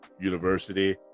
University